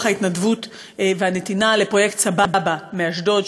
ההתנדבות והנתינה: לפרויקט "סבא בא" מאשדוד,